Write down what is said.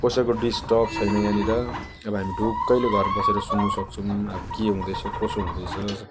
कसैको डिस्टर्ब छैन यहाँनेर अब हामी ढुक्कैले घर बसेर सुन्नु सक्छौँ अब के हुँदैछ कसो हुँदैछ